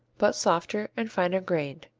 but softer and finer grained.